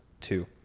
two